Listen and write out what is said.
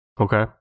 Okay